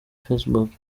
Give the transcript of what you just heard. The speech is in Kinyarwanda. facebook